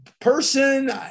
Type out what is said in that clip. person